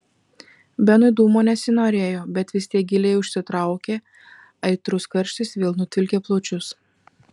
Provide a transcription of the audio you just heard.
benui dūmo nesinorėjo bet vis tiek giliai užsitraukė aitrus karštis vėl nutvilkė plaučius